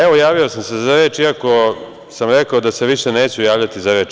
Evo javio sam se za reč iako sam rekao da se više neću javljati za reč.